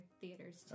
theaters